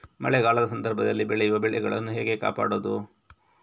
ಮಳೆಗಾಲದ ಸಂದರ್ಭದಲ್ಲಿ ಬೆಳೆಯುವ ಬೆಳೆಗಳನ್ನು ಹೇಗೆ ಕಾಪಾಡೋದು?